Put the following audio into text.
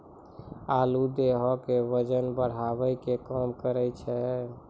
आलू देहो के बजन बढ़ावै के काम करै छै